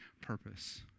purpose